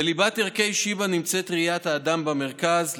בליבת ערכי שיבא נמצאת ראיית האדם במרכז,